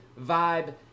vibe